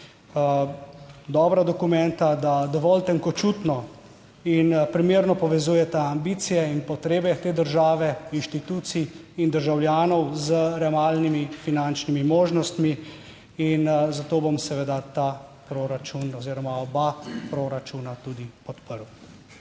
Dobra dokumenta, da dovolj tenkočutno in primerno povezujeta ambicije in potrebe te države, inštitucij in državljanov z realnimi finančnimi možnostmi in zato bom seveda ta proračun oziroma oba proračuna tudi podprl.